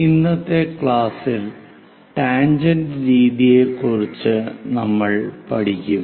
ഇന്നത്തെ ക്ലാസ്സിൽ ടാൻജെന്റ് രീതിയെക്കുറിച്ച് നമ്മൾ പഠിക്കും